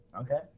Okay